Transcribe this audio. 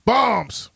Bombs